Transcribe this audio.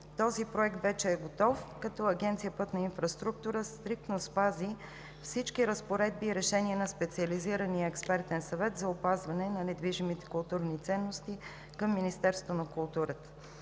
Този проект вече е готов, като Агенция „Пътна инфраструктура“ стриктно спази всички разпоредби и решения на Специализирания експертен съвет за опазване на недвижимите културни ценности към Министерството на културата,